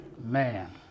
man